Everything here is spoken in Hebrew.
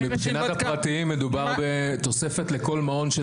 מבחינת הפרטים מדובר בתוספת לכל מעון של